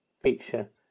feature